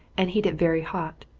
and heat it very hot.